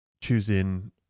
choosing